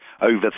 over